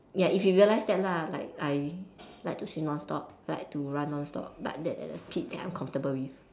ya if you realise that lah like I like to swim non stop like to run non stop but that at a speed that I'm comfortable with